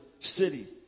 city